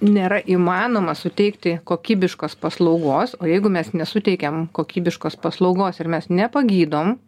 nėra įmanoma suteikti kokybiškos paslaugos o jeigu mes nesuteikiam kokybiškos paslaugos ir mes nepagydom